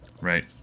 Right